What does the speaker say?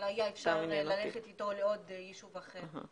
אבל היה אפשר ללכת איתו ליישוב אחר,